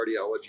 cardiology